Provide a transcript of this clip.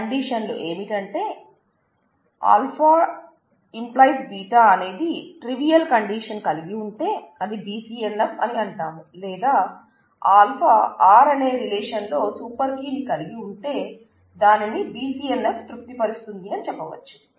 కండీషన్లు ఏమిటంటే α → β అనేది trivial condition కలిగి ఉంటే అది BCNF అని అంటాం లేదా α R అనే రిలేషన్ లో సూపర్ కీ ని కలిగి ఉంటే దానిని BCNF తృప్తి పరుస్తుంది అని చెప్పవచ్చు